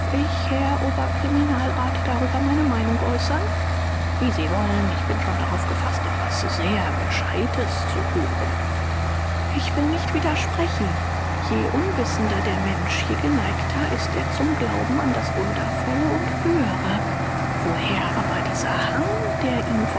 ich herr oberkriminalrat darüber meine meinung äußern wie sie wollen ich bin schon darauf gefaßt etwas sehr gescheites zu hören ich will nicht widersprechen je unwissender der mensch je geneigter ist er zum glauben an das wundervolle und höhere woher aber dieser hang der ihn